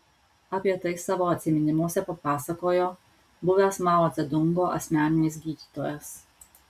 apie tai savo atsiminimuose papasakojo buvęs mao dzedungo asmeninis gydytojas